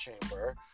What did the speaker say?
Chamber